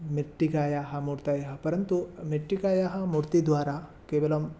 मृत्तिकायाः मूर्तयः परन्तु मृत्तिकायाः मूर्तिद्वारा केवलं